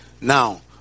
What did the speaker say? Now